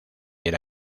era